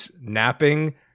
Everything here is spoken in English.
napping